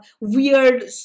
weird